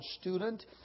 student